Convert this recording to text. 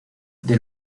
del